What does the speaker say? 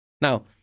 Now